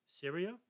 Syria